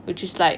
which is like